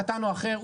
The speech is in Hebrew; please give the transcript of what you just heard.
קטן או אחר,